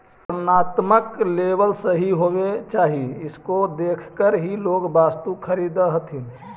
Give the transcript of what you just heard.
वर्णात्मक लेबल सही होवे चाहि इसको देखकर ही लोग वस्तु खरीदअ हथीन